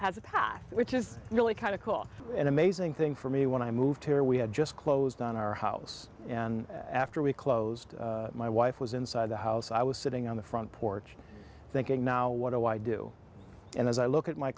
path which is really kind of cool an amazing thing for me when i moved here we had just closed on our house and after we closed my wife was inside the house i was sitting on the front porch thinking now what do i do and as i look at my